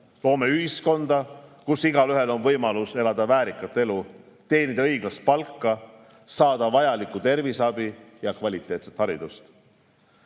Loome ühiskonda, kus igaühel on võimalus elada väärikat elu, teenida õiglast palka, saada vajalikku terviseabi ja kvaliteetset